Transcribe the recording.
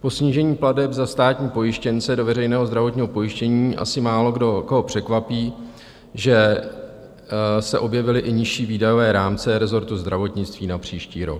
Po snížení plateb za státní pojištěnce do veřejného zdravotního pojištění asi málokoho překvapí, že se objevily i nižší výdajové rámce rezortu zdravotnictví na příští rok.